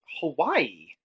Hawaii